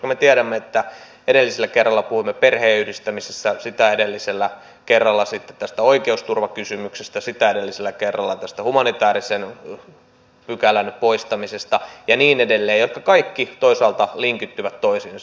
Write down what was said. me tiedämme että edellisellä kerralla puhuimme perheenyhdistämisestä sitä edellisellä kerralla tästä oikeusturvakysymyksestä sitä edellisellä kerralla tästä humanitäärisen pykälän poistamisesta ja niin edelleen jotka kaikki toisaalta linkittyvät toisiinsa